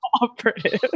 operative